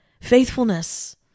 Faithfulness